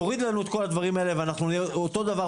תוריד לנו את כל הדברים האלה ואנחנו נהיה אותו דבר,